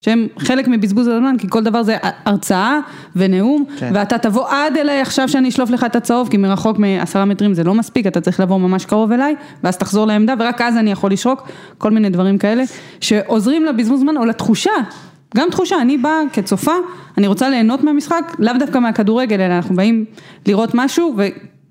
שהם חלק מבזבוז הזמן כי כל דבר זה הרצאה ונאום ואתה תבוא עד אליי עכשיו שאני אשלוף לך את הצהוב כי מרחוק מעשרה מטרים זה לא מספיק אתה צריך לבוא ממש קרוב אליי ואז תחזור לעמדה ורק אז אני יכול לשרוק. כל מיני דברים כאלה שעוזרים לבזבוז זמן או לתחושה גם תחושה אני באה כצופה, אני רוצה ליהנות מהמשחק לאו דווקא מהכדורגל אלא אנחנו באים לראות משהו ו